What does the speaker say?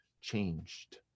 changed